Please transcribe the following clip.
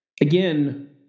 again